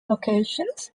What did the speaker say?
locations